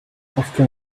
often